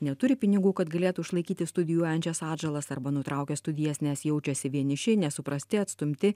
neturi pinigų kad galėtų išlaikyti studijuojančias atžalas arba nutraukia studijas nes jaučiasi vieniši nesuprasti atstumti